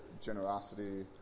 generosity